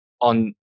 on